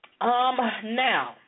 now